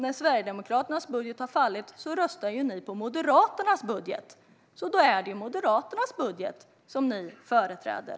När Sverigedemokraternas budget har fallit så röstar ni på Moderaternas budget. Då är det Moderaternas budget som ni företräder.